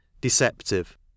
deceptive